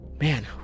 man